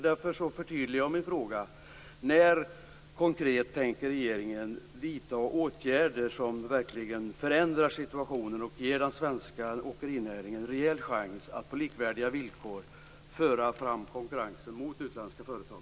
Därför förtydligar jag min fråga: När konkret tänker regeringen vidta åtgärder som verkligen förändrar situationen och ger den svenska åkerinäringen en rejäl chans att på likvärdiga villkor konkurrera med utländska företag?